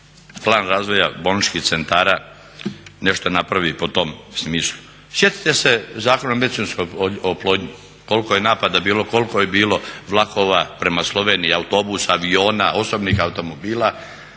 plan razvoja bolničkih centara nešto napravi po tom smislu. Sjetite se Zakona o medicinskoj oplodnji koliko je napada bilo, koliko je bilo vlakova prema Sloveniji, autobusa, aviona, osobnih automobila